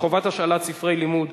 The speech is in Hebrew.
קביעת שער מזערי להצמדה כתנאי מקפח),